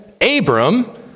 Abram